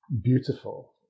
beautiful